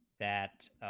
that